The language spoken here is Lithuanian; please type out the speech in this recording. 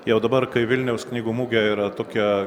jau dabar kai vilniaus knygų mugė yra tokia